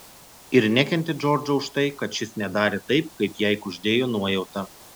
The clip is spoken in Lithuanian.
ir nekentė džordžo už tai kad šis nedarė taip kaip jai kuždėjo nuojauta